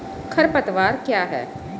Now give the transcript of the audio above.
खरपतवार क्या है?